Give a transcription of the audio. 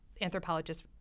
anthropologists